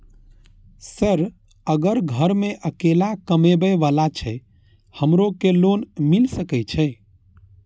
Sir अगर घर में अकेला कमबे वाला छे हमरो के लोन मिल सके छे?